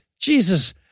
Jesus